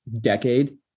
decade